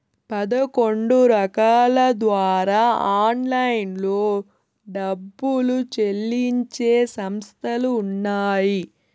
పదకొండు రకాల ద్వారా ఆన్లైన్లో డబ్బులు చెల్లించే సంస్థలు ఉన్నాయి